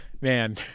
man